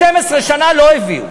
12 שנה לא הביאו.